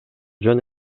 жөн